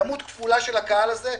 כמות כפולה של הקהל הזה,